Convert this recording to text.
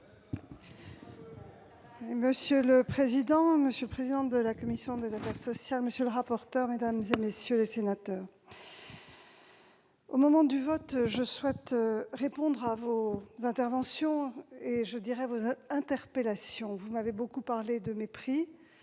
Monsieur le président, monsieur le président de la commission des affaires sociales, monsieur le rapporteur, mesdames, messieurs les sénateurs, alors que vous vous apprêtez à voter, je souhaite répondre à vos interventions et même à vos interpellations. Vous avez beaucoup parlé de mépris